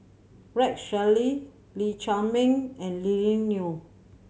Rex Shelley Lee Chiaw Meng and Lily Neo